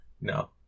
No